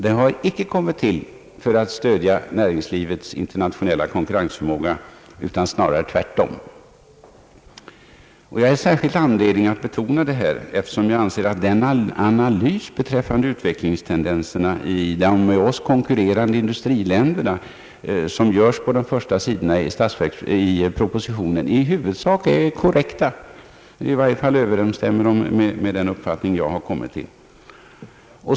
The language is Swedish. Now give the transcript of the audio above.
Det har icke kommit till för att stödja näringslivets internationella konkurrensförmåga utan snarare tvärtom. Jag har särskild anledning att betona detta, eftersom jag anser att den analys beträffande utvecklingstendenserna i de med oss konkurrerande industriländerna, som görs på de första sidorna i propositionen, i huvudsak är korrekt. I varje fall överensstämmer den med den uppfattning jag har bildat mig.